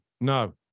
no